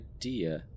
idea